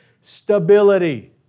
Stability